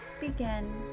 begin